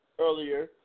earlier